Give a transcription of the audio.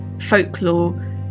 folklore